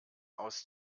aus